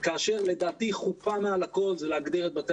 כאשר לדעתי חופה מעל הכול זה להגדיר את בתי